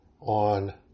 on